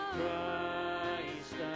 Christ